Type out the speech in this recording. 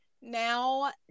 now